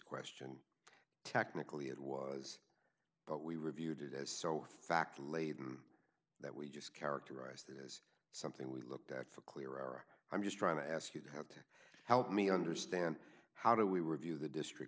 question technically it was but we reviewed it as so fact laden that we just characterized it as something we looked at for clear or i'm just trying to ask you to have to help me understand how do we were view the district